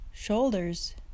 shoulders